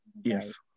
Yes